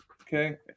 Okay